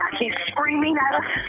ah he's screaming at us.